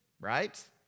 right